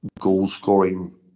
goal-scoring